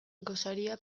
gosaria